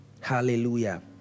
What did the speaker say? hallelujah